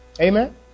Amen